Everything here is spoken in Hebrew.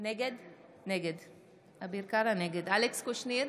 נגד אלכס קושניר,